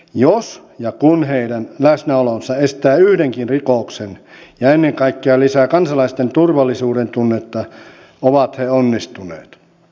jos ja kun heidän läsnäolonsa estää yhdenkin rikoksen ja ennen kaikkea lisää kansalaisten turvallisuudentunnetta ovat he onnistuneet